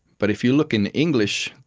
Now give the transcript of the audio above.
but if you look in english,